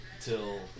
Till